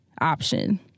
option